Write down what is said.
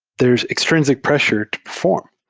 there is extrinsic pressure to perform.